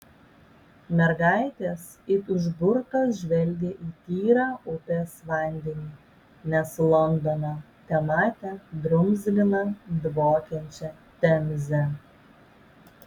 mergaitės it užburtos žvelgė į tyrą upės vandenį nes londone tematė drumzliną dvokiančią temzę